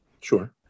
Sure